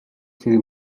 тэр